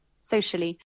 socially